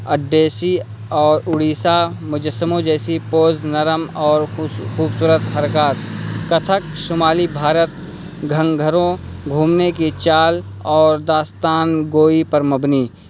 اڈیسی اور اڈیشا مجسموں جیسی پوز نرم اور خصو خوبصورت حرکات کتھک شمالی بھارت گھنگھروں گھومنے کی چال اور داستان گوئی پر مبنی